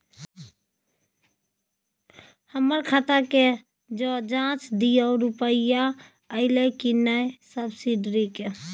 हमर खाता के ज जॉंच दियो रुपिया अइलै की नय सब्सिडी के?